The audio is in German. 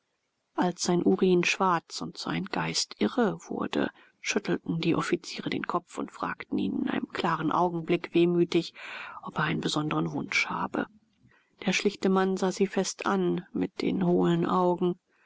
als sein urin schwarz und sein geist irre wurde schüttelten die offiziere den kopf und fragten ihn in einem klaren augenblick wehmütig ob er einen besonderen wunsch habe der schlichte mann sah sie fest an mit den hohlen augen